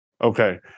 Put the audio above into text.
Okay